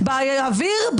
באוויר,